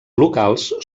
locals